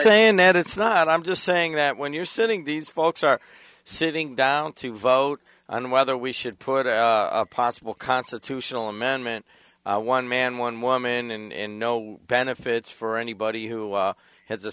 saying that it's not i'm just saying that when you're sitting these folks are sitting down to vote on whether we should put a possible constitutional amendment one man one woman and no benefits for anybody who has